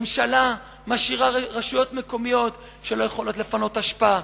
הממשלה משאירה רשויות מקומיות שלא יכולות לפנות אשפה,